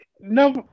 No